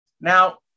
Now